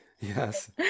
Yes